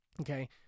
Okay